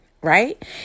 Right